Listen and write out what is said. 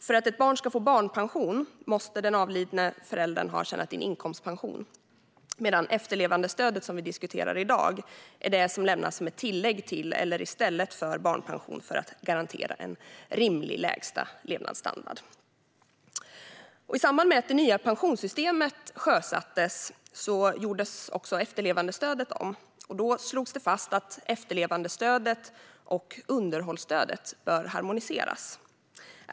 För att ett barn ska få barnpension måste den avlidne föräldern ha tjänat in inkomstpension, medan efterlevandestödet, som vi diskuterar i dag, är det som lämnas som ett tillägg till eller i stället för barnpension för att garantera en rimlig lägsta levnadsstandard. I samband med att det nya pensionssystemet sjösattes gjordes även efterlevandestödet om. Då slogs det fast att efterlevandestödet och underhållsstödet bör harmoniseras.